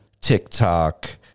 TikTok